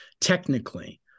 technically